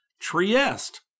Trieste